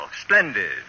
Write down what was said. Splendid